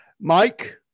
Mike